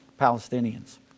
Palestinians